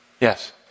Yes